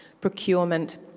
procurement